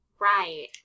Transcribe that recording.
right